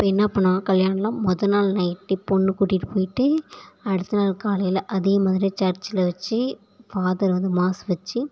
இப்போ என்னா பண்ணுவாங்க கல்யாணலாம் முதல் நாள் நைட்டே பொண்ணு கூட்டிட்டு போயிட்டு அடுத்த நாள் காலையில் அதே மாதிரி சர்ச்சியில் வச்சி ஃபாதர் வந்து மாஸ் வச்சி